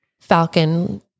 Falcon